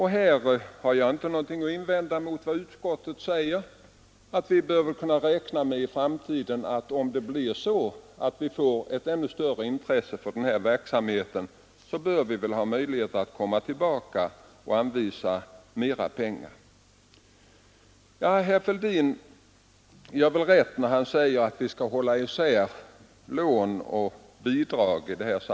Här har jag inte någonting att invända mot vad utskottet säger, nämligen att om det i framtiden blir ett ännu större intresse för denna verksamhet, bör vi ha möjligheter att komma tillbaka och anvisa mera pengar. Herr Fälldin har väl rätt när han säger att vi skall hålla isär lån och bidrag.